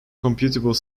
computable